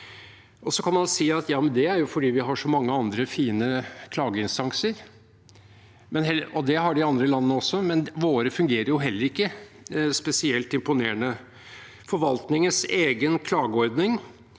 det er jo fordi vi har så mange andre fine klageinstanser. Vel, det har de andre landene også, men våre fungerer ikke spesielt imponerende. Forvaltningens egen klageordning,